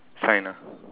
sign ah